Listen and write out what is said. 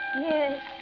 Yes